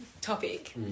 topic